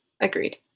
Agreed